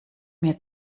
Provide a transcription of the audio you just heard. mir